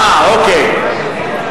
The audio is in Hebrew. אה, אוקיי.